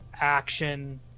action